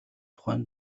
тухай